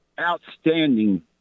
outstanding